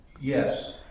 Yes